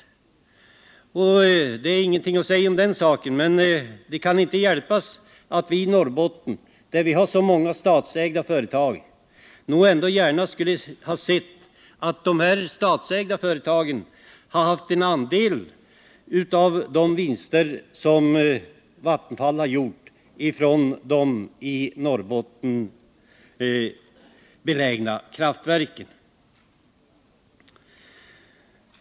Det är ingenting att säga om den saken. Men det kan inte hjälpas att vi i Norrbotten, där vi har så många statsägda företag, ändå gärna skulle ha sett att de företagen fått andel i de vinster som Vattenfall har gjort på de i Norrbotten belägna kraftverken.